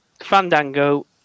Fandango